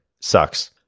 sucks